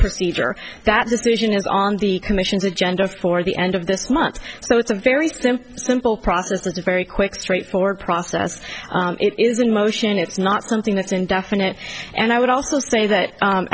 procedure that decision is on the commission's agenda for the end of this month so it's a very simple simple process is a very quick straightforward process it is in motion it's not something that's indefinite and i would also say that